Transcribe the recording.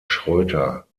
schröter